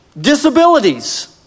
disabilities